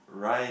right